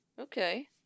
Okay